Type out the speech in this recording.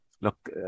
look